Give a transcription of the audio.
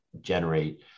generate